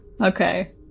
Okay